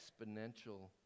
exponential